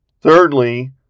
Thirdly